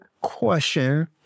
question